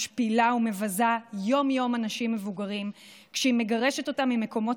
משפילה ומבזה יום-יום אנשים מבוגרים כשהיא מגרשת אותם ממקומות